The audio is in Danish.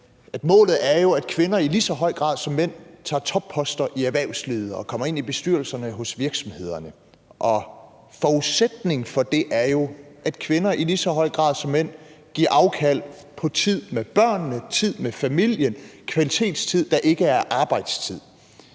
målet er, at kvinder i lige så høj grad som mænd tager topposter i erhvervslivet og kommer ind i bestyrelserne hos virksomhederne, og forudsætningen for det er jo, at kvinder i lige så høj grad som mænd giver afkald på tid med børnene, tid med familien – kvalitetstid, der ikke er arbejdstid.